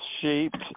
shaped